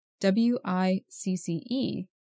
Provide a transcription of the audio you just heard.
W-I-C-C-E